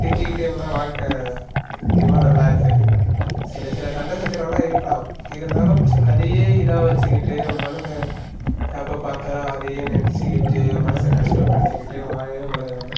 திட்டிகிட்டே இருந்தால் வாழ்க்கை சத்தியமாக நல்லாயிருக்காது சில சில சண்டை சச்சரவெல்லாம் இருக்கலாம் இருந்தாலும் அதையே இதாக வைச்சிக்கிட்டு மனசை எப்போ பார்த்தாலும் அதையே நெனைச்சிக்கிட்டு மனசை கஷ்டப்படுத்திக்கிட்டு வாழவே கூடாது நம்ம